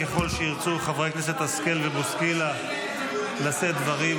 ככל שירצו חברי הכנסת השכל ובוסקילה לשאת דברים,